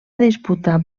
disputar